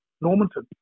Normanton